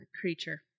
creature